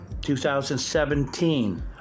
2017